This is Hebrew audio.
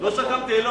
לא שקמתי,